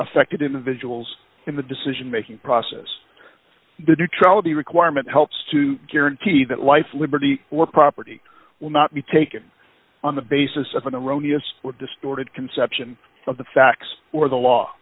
affected individuals in the decision making process the neutrality requirement helps to guarantee that life liberty or property will not be taken on the basis of an erroneous distorted conception of the facts or the law